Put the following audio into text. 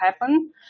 happen